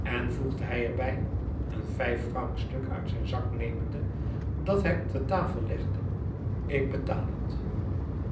en voegde hij er bij een vijffrancstuk uit zijn zak nemende dat hij op de tafel legde ik betaal het